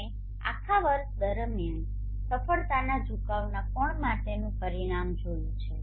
અમે આખા વર્ષ દરમિયાન સફળતાના ઝુકાવના કોણ માટેનું પરિણામ જોયું છે